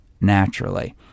naturally